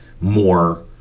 more